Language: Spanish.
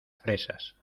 fresas